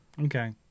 Okay